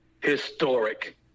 historic